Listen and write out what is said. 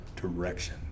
direction